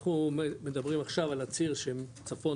אנחנו מדברים עכשיו על הציר של צפון-דרום,